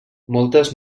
moltes